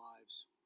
lives